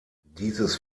dieses